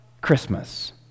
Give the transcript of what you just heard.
Christmas